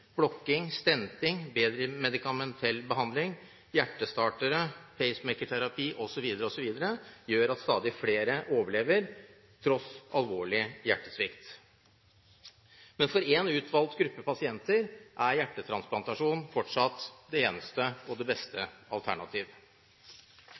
blokking, stenting – bedre medikamentell behandling, hjertestartere, pacemakerterapi osv. gjør at stadig flere overlever tross alvorlig hjertesvikt. Men for én utvalgt gruppe pasienter er hjertetransplantasjon fortsatt det eneste og beste